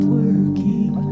working